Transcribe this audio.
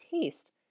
taste